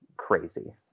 crazy